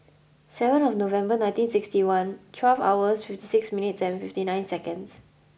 seven of November nineteen sixty one twelve hours fifty six minutes and fifty nine seconds